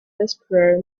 whisperer